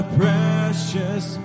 precious